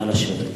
נא לשבת.